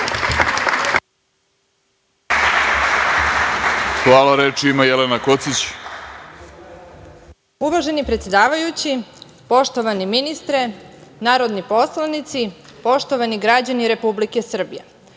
Jelena Kocić. **Jelena Kocić** Uvaženi predsedavajući, poštovani ministre, narodni poslanici, poštovani građani Republike Srbije,